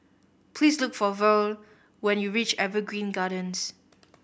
please look for Verle when you reach Evergreen Gardens